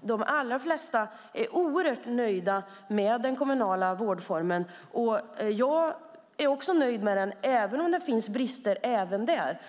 de allra flesta är oerhört nöjda med den kommunala vårdformen. Jag är också nöjd med den även om det finns brister också där.